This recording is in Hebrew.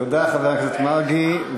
תודה, חבר הכנסת מרגי.